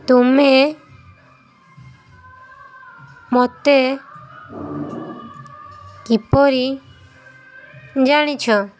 ତୁମେ ମୋତେ କିପରି ଜାଣିଛ